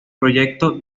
proyecto